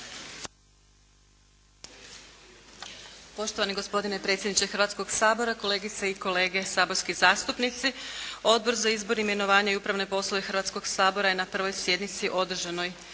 Poštovani gospodine predsjedniče Hrvatskoga sabora, kolegice i kolege saborski zastupnici. Odbor za izbor, imenovanja i upravne poslove Hrvatskoga sabora je na 1. sjednici održanoj